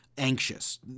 anxious